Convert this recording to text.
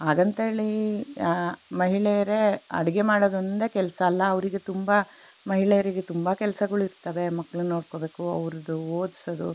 ಹಾಗಂತೇಳಿ ಮಹಿಳೆಯರೇ ಅಡುಗೆ ಮಾಡೊದೊಂದೇ ಕೆಲಸ ಅಲ್ಲ ಅವರಿಗೆ ತುಂಬ ಮಹಿಳೆಯರಿಗೆ ತುಂಬ ಕೆಲಸಗಳು ಇರ್ತವೆ ಮಕ್ಕಳನ್ನ ನೋಡ್ಕೋಬೇಕು ಅವರ್ದು ಓದಿಸೋದು